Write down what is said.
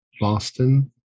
Boston